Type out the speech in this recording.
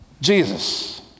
Jesus